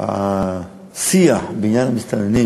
שהשיח בעניין המסתננים